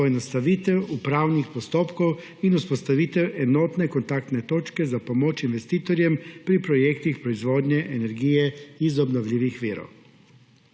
poenostavitev upravnih postopkov in vzpostavitev enotne kontaktne točke za pomoč investitorjem pri projektih proizvodnje energije iz obnovljivih virov.